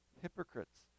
hypocrites